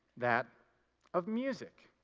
that of music.